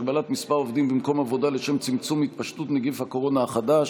הגבלת מספר העובדים במקום עבודה לשם צמצום התפשטות נגיף הקורונה החדש),